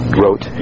wrote